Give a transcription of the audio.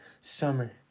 Summer